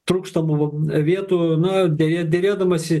trūkstamų vietų na deja derėdamasi